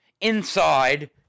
inside